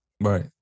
Right